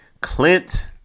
Clint